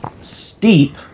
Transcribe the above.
steep